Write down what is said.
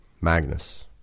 Magnus